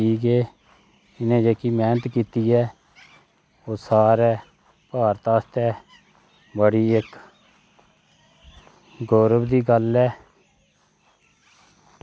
की जे इनें जेह्की मैह्नत कीती ऐ ओह् सारे भारत आस्तै बड़ी इक्क गौरव दी गल्ल ऐ